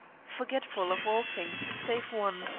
forgetful of all things save one,